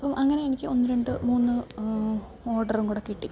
അപ്പം അങ്ങനെ എനിക്ക് ഒന്ന് രണ്ട് മൂന്ന് ഓഡറും കൂടെ കിട്ടി